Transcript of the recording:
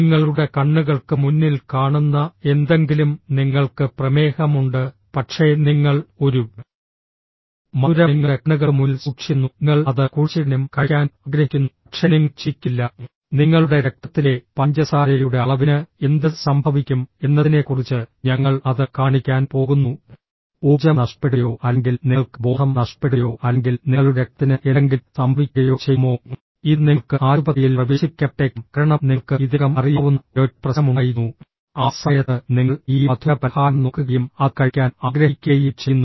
നിങ്ങളുടെ കണ്ണുകൾക്ക് മുന്നിൽ കാണുന്ന എന്തെങ്കിലും നിങ്ങൾക്ക് പ്രമേഹമുണ്ട് പക്ഷേ നിങ്ങൾ ഒരു മധുരം നിങ്ങളുടെ കണ്ണുകൾക്ക് മുന്നിൽ സൂക്ഷിക്കുന്നു നിങ്ങൾ അത് കുഴിച്ചിടാനും കഴിക്കാനും ആഗ്രഹിക്കുന്നു പക്ഷേ നിങ്ങൾ ചിന്തിക്കുന്നില്ല നിങ്ങളുടെ രക്തത്തിലെ പഞ്ചസാരയുടെ അളവിന് എന്ത് സംഭവിക്കും എന്നതിനെക്കുറിച്ച് ഞങ്ങൾ അത് കാണിക്കാൻ പോകുന്നു ഊർജ്ജം നഷ്ടപ്പെടുകയോ അല്ലെങ്കിൽ നിങ്ങൾക്ക് ബോധം നഷ്ടപ്പെടുകയോ അല്ലെങ്കിൽ നിങ്ങളുടെ രക്തത്തിന് എന്തെങ്കിലും സംഭവിക്കുകയോ ചെയ്യുമോ ഇത് നിങ്ങൾക്ക് ആശുപത്രിയിൽ പ്രവേശിപ്പിക്കപ്പെട്ടേക്കാം കാരണം നിങ്ങൾക്ക് ഇതിനകം അറിയാവുന്ന ഒരൊറ്റ പ്രശ്നമുണ്ടായിരുന്നു ആ സമയത്ത് നിങ്ങൾ ഈ മധുരപലഹാരം നോക്കുകയും അത് കഴിക്കാൻ ആഗ്രഹിക്കുകയും ചെയ്യുന്നു